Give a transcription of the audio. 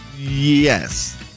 Yes